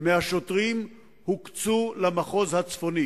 מהשוטרים הוקצו למחוז הצפוני,